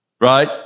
Right